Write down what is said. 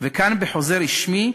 כאן, בחוזה רשמי,